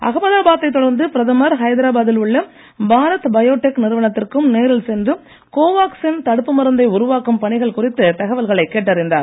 அகமதாபாத்தை தொடர்ந்து பிரதமர் ஐதராபாத்தில் உள்ள பாரத் பயோடெக் நிறுவனத்திற்கும் நேரில் சென்று கோவாக்சின் தடுப்பு மருந்தை உருவாக்கும் பணிகள் குறித்து தகவல்களை கேட்டறிந்தார்